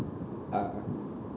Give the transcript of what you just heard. uh